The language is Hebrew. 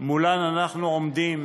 שמולן אנחנו עומדים